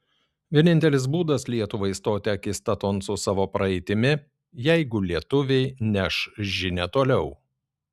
vienintelis būdas lietuvai stoti akistaton su savo praeitimi jeigu lietuviai neš žinią toliau